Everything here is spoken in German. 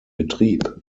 betrieb